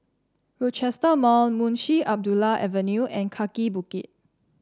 Rochester Mall Munshi Abdullah Avenue and Kaki Bukit